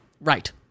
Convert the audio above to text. Right